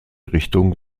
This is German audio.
richtung